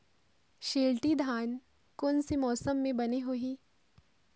शिल्टी धान कोन से मौसम मे बने होही?